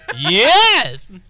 Yes